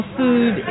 food